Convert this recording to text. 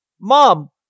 mom